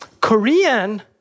Korean